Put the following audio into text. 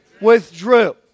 Withdrew